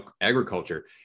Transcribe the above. agriculture